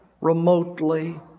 remotely